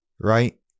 Right